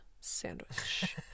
Sandwich